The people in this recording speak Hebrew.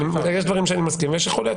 יש דברים שאני מסכים ויש שחולק,